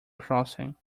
crossing